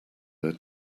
their